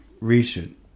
recent